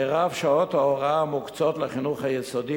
מירב שעות ההוראה המוקצות לחינוך היסודי